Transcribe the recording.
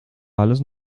alles